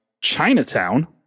chinatown